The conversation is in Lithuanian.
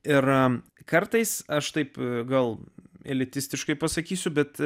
yra kartais aš taip gal elitistiškai pasakysiu bet